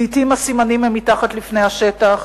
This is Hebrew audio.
לעתים הסימנים מתחת לפני השטח: